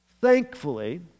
Thankfully